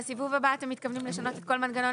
בסיבוב הבא אתם מתכוונים לשנות את כל מנגנון